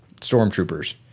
stormtroopers